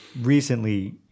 recently